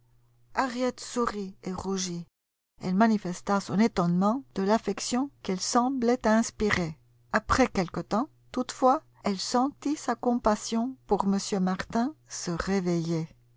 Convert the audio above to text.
harriet sourit et rougit elle manifesta son étonnement de l'affection qu'elle semblait inspirer après quelque temps toutefois elle sentit sa compassion pour m martin se réveiller